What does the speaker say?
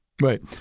Right